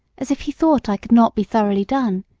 as if he thought i could not be thoroughly done,